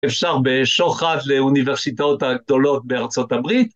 אפשר בשוחד לאוניברסיטאות הגדולות בארצות הברית.